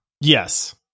Yes